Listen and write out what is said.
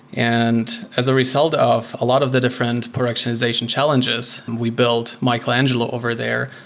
and as a result of a lot of the different productionization challenges, we built michelangelo over there,